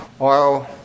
oil